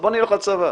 אז בוא נלך לצבא,